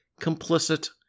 complicit